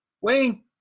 Wayne